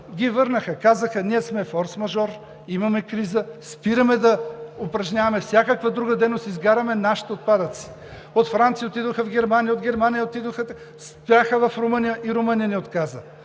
ги върнаха и казаха: ние сме форсмажор, имаме криза, спираме да упражняваме всякаква друга дейност, изгаряме нашите отпадъци – от Франция отидоха в Германия, от Германия стояха в Румъния, и Румъния ни отказа.